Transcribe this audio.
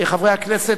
חברי הכנסת,